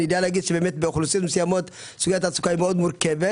אני יודע לומר שבאוכלוסיות מסוימות סוגית התעסוקה היא מאוד מורכבת,